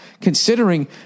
considering